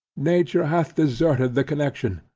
nature hath deserted the connexion,